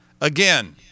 Again